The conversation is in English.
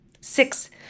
Six